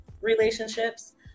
relationships